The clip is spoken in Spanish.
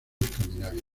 escandinavia